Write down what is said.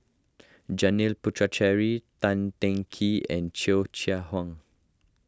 Janil Puthucheary Tan Teng Kee and Cheo Chai Hiang